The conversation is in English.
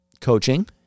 coaching